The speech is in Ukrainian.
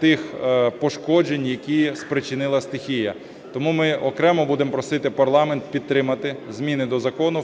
тих пошкоджень, які спричинила стихія. Тому ми окремо будемо просити парламент підтримати зміни до Закону